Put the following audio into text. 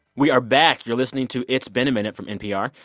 we are back. you're listening to it's been a minute from npr.